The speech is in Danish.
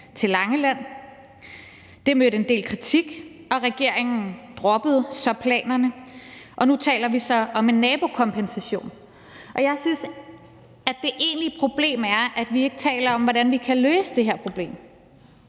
til Langeland. Det mødte en del kritik, og regeringen droppede så planerne, og nu taler vi så om en nabokompensation, og jeg synes, at det egentlige problem er, at vi ikke taler om, hvordan vi kan løse det her problem.